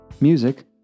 Music